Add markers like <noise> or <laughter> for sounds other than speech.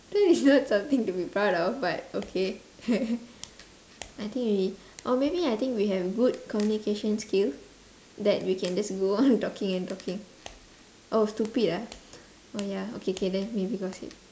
that is not something to be proud of but okay <laughs> I think we or maybe I think we have good communication skill that we can just go on talking and talking oh stupid ah oh ya okay K then maybe gossip